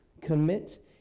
commit